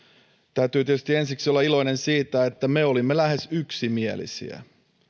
täytyy tietysti ensiksi olla iloinen siitä että me olimme lähes yksimielisiä